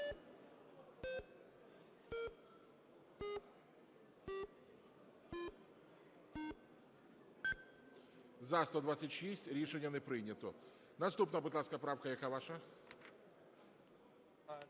За-126 Рішення не прийнято. Наступна, будь ласка, правка, яка ваша?